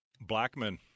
Blackman